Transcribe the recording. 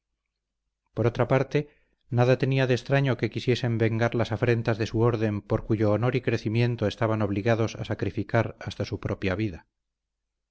por otra parte nada tenía de extraño que quisiesen vengar las afrentas de su orden por cuyo honor y crecimiento estaban obligados a sacrificar hasta su propia vida